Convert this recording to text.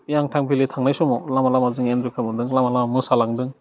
यांटां भेलि थानाय समाव लामा लामा जों इनजय खालामलांदों लामा लामा जों मोसालांदों